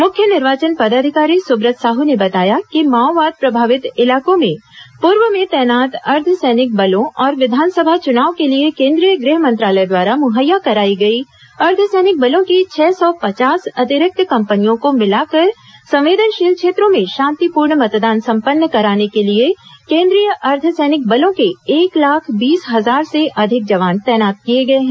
मुख्य निर्वाचन पदाधिकारी सुव्रत साहू ने बताया कि माओवाद प्रभावित इलाकों में पूर्व में तैनात अर्द्द सैनिक बलों और विधानसभा चुनाव के लिए केंद्रीय गृह मंत्रालय द्वारा मुहैया कराई गई अर्द्व सैनिक बलो की छह सौ पचास अतिरिक्त कंपनियों को मिलाकर संवेदनशील क्षेत्रों में शॉतिपूर्ण मतदान संवन्न कराने के लिए केंद्रीय अर्द्व सैनिक बलों के एक लाख बीस हजार से अध्कि जवान तैनात किए गए हैं